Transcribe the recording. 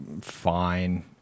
fine